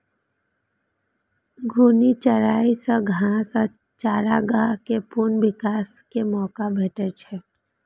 घूर्णी चराइ सं घास आ चारागाह कें पुनः विकास के मौका भेटै छै